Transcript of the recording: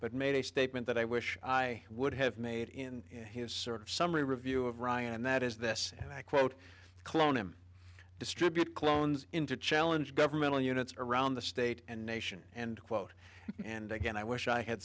but made a statement that i wish i would have made in his sort of summary review of ryan and that is this and i quote clone him distribute clones into challenge governmental units around the state and nation and quote and again i wish i had